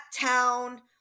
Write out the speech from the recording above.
town